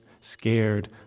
scared